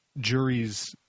juries